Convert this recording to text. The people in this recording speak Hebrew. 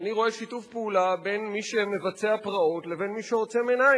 אני רואה שיתוף פעולה בין מי שמבצע פרעות לבין מי שעוצם עיניים,